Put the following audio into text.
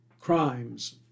crimes